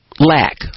Lack